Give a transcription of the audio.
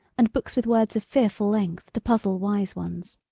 and books with words of fearful length to puzzle wise ones.